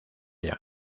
diane